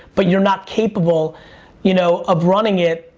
but you're not capable you know of running it,